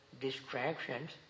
distractions